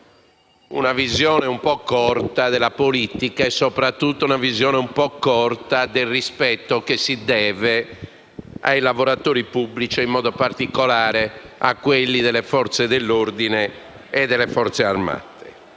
una visione un po' corta della politica e, soprattutto, del rispetto che si deve ai lavoratori pubblici, in modo particolare, a quelli delle Forze dell'ordine e delle Forze armate.